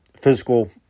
physical